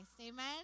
Amen